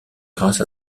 grâce